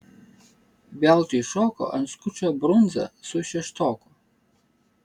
veltui šoko ant skučo brundza su šeštoku